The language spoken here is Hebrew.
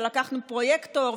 ולקחנו פרויקטור,